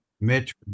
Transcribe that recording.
mitch